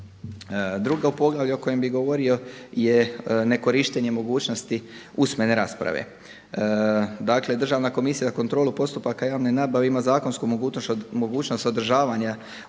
Drugo poglavlje o kojem bi govorio je nekorištenje mogućnosti usmene rasprave. Dakle, Državna komisija za kontrolu postupaka javne nabave ima zakonsku mogućnost održavanja